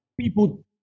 people